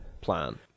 plan